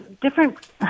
different